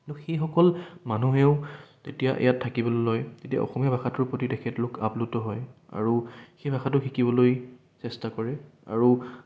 কিন্তু সেইসকল মানুহেও তেতিয়া ইয়াত থাকিবলৈ লয় তেতিয়া অসমীয়া ভাষাটোৰ প্ৰতি তেখেতলোক আপ্লুত হয় আৰু সেই ভাষাটো শিকিবলৈ চেষ্টা কৰে আৰু